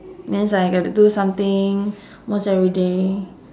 means like I get to do something almost everyday